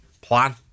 plan